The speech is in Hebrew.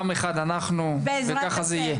עם אחד אנחנו וכך יהיה.